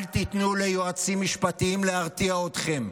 אל תיתנו ליועצים משפטיים להרתיע אתכם.